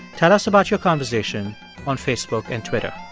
tell us about your conversation on facebook and twitter.